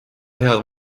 head